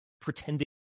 pretending